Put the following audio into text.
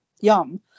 Yum